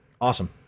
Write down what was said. Awesome